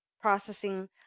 processing